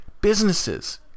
Businesses